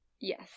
yes